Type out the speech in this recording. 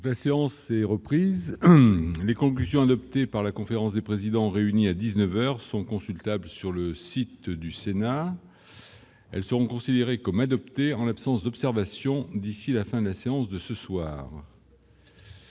La séance s'est reprise les conclusions adoptées par la conférence des présidents réunis à 19 heures sont consultables sur le site du Sénat. Elles sont considérées comme adoptées en l'absence d'observation, d'ici la fin de la séance de ce soir.